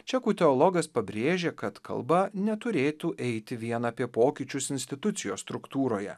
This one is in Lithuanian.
čekų teologas pabrėžia kad kalba neturėtų eiti vien apie pokyčius institucijos struktūroje